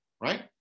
right